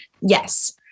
Yes